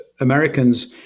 Americans